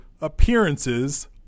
appearances